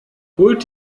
holt